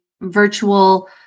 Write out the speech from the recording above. virtual